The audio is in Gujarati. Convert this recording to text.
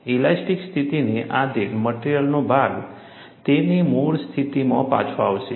ઇલાસ્ટિક સ્થિતિને આધિન મટેરીઅલનો ભાગ તેની મૂળ સ્થિતિમાં પાછો આવશે